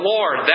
Lord